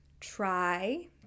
try